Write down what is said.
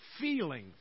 feeling